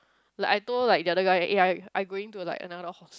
like I told like the other guy eh I I going to like another house